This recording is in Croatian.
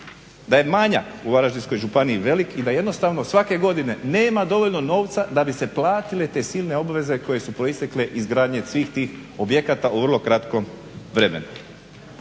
Da je manjak u Varaždinskoj županiji velik i da jednostavno svake godine nema dovoljno novca da bi se platile te silne obveze koje su proistekle iz gradnje svih tih objekata u vrlo kratkom vremenu.